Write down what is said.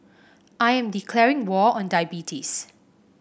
I am declaring war on diabetes